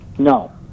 No